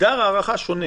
תוגדר הארכה שונה,